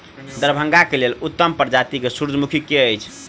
दरभंगा केँ लेल उत्तम प्रजाति केँ सूर्यमुखी केँ अछि?